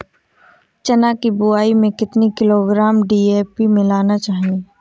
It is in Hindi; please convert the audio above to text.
चना की बुवाई में कितनी किलोग्राम डी.ए.पी मिलाना चाहिए?